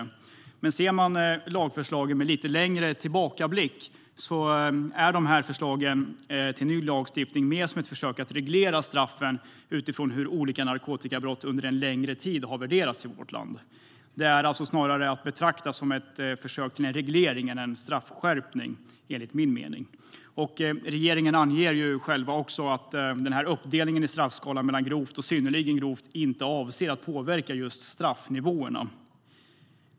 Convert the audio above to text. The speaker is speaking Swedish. Om man ser på lagförslagen med en lite längre tillbakablick är förslagen till ny lagstiftning mer av ett försök till att reglera straffen utifrån hur olika narkotikabrott under längre tid har värderats i vårt land. Enligt min mening är detta alltså snarare att betrakta som ett försök till reglering än en straffskärpning. Regeringen själv anger också att uppdelningen i straffskalan mellan grovt och synnerligen grovt brott inte avser att påverka just straffnivåerna.